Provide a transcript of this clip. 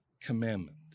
commandment